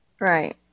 Right